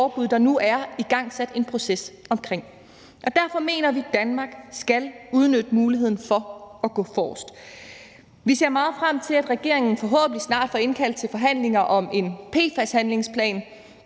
der nu er igangsat en proces omkring. Derfor mener vi, Danmark skal udnytte muligheden for at gå forrest. Vi ser meget frem til, at regeringen forhåbentlig snart får indkaldt til forhandlinger om en PFAS-handlingsplan.